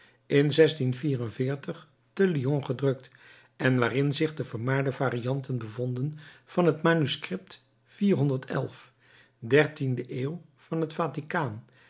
in te lyon gedrukt en waarin zich de vermaarde varianten bevonden van het manuscript dertiende eeuw van het vatikaan